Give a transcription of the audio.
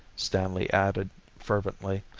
stanley added fervently,